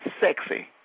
sexy